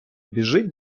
біжить